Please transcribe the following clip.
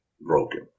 broken